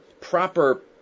proper